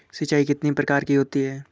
सिंचाई कितनी प्रकार की होती हैं?